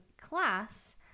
class